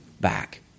back